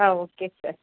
ah okay sir